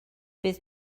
bydd